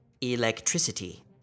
Electricity